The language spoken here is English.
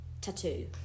tattoo